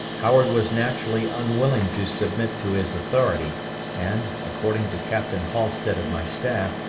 howard was naturally unwilling to submit to his authority and, according to captain halstead of my staff,